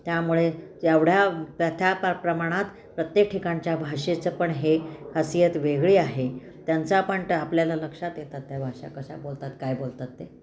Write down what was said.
त्यामुळे एवढ्या प्रथा प्र प्रमाणात प्रत्येक ठिकाणच्या भाषेचं पण हे खासियत वेगळी आहे त्यांचा पण आपल्याला लक्षात येतात त्या भाषा कशा बोलतात काय बोलतात ते